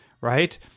right